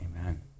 Amen